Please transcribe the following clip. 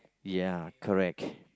ya correct